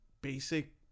basic